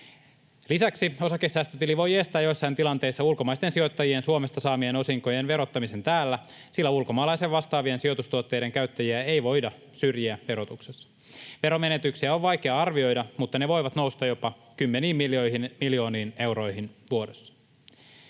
Lisäksi osakesäästötili voi estää joissain tilanteissa ulkomaisten sijoittajien Suomesta saamien osinkojen verottamisen täällä, sillä ulkomaalaisten vastaavien sijoitustuotteiden käyttäjiä ei voida syrjiä verotuksessa. Veromenetyksiä on vaikea arvioida, mutta ne voivat nousta jopa kymmeniin miljooniin euroihin vuodessa.